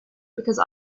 because